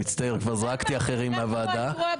מצטער, כבר זרקתי אחרים בוועדה.